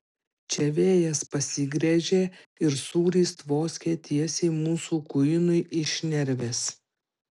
čia vėjas pasigręžė ir sūris tvoskė tiesiai mūsų kuinui į šnerves